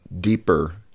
deeper